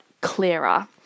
clearer